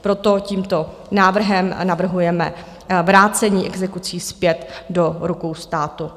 Proto tímto návrhem navrhujeme vrácení exekucí zpět do rukou státu.